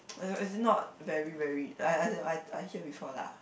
as as in not very very like as in I I hear before lah